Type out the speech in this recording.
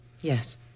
Yes